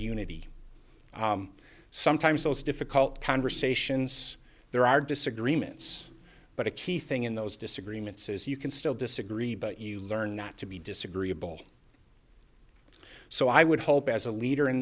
unity sometimes those difficult conversations there are disagreements but a key thing in those disagreements is you can still disagree but you learn not to be disagreeable so i would hope as a leader in